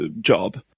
job